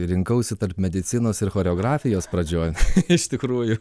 rinkausi tarp medicinos ir choreografijos pradžioj iš tikrųjų